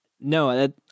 No